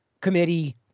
committee